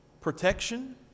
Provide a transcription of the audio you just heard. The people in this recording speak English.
protection